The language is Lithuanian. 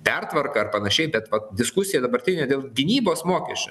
pertvarką ar panašiai bet vat diskusija dabartinė dėl gynybos mokesčio